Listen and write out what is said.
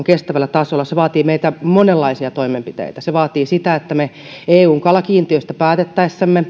kestävällä tasolla se vaatii meiltä monenlaisia toimenpiteitä se vaatii sitä että me eun kalakiintiöistä päätettäessä